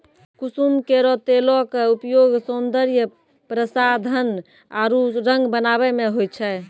कुसुम केरो तेलो क उपयोग सौंदर्य प्रसाधन आरु रंग बनावै म होय छै